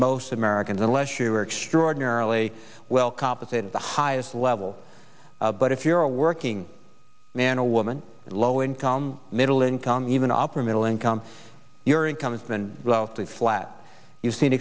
most americans unless you are extraordinarily well compensated the highest level but if you're a working man or woman low income middle income even opera middle income your incomes than the flat you've seen